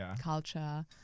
culture